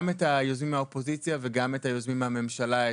גם את היוזמים מהאופוזיציה וגם את היוזמים מהממשלה,